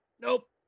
Nope